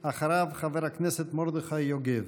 אחריו, חבר הכנסת מרדכי יוגב.